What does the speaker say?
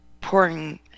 pouring